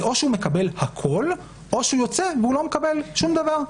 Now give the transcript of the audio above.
זה או שהוא מקבל הכול או שהוא יוצא והוא לא מקבל שום דבר.